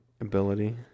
Ability